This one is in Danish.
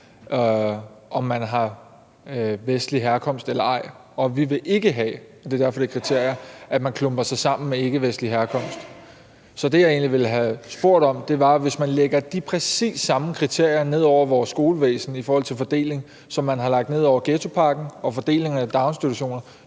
om man er af vestlig herkomst eller ej. Vi vil ikke have, og det er derfor, at det er et kriterium, at man klumper sig sammen, når man er af ikkevestlig herkomst. Så det, jeg egentlig ville have spurgt om, var, at hvis man lægger de præcis samme kriterier ned over vores skolevæsen i forhold til fordeling, som man har lagt ned over ghettopakken og daginstitutioner,